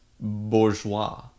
bourgeois